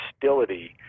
hostility